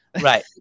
right